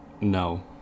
no